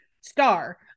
star